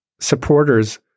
supporters